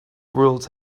world